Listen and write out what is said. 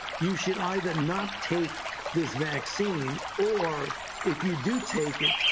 you should either not take this vaccine, or if you do take it,